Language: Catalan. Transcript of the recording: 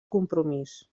compromís